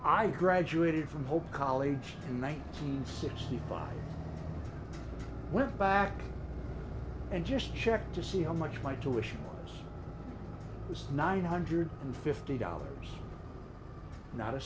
i graduated from hope college in one thousand sixty five went back and just check to see how much my tuition was nine hundred and fifty dollars not a